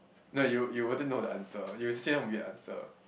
no you you wouldn't know the answer you will say weird answer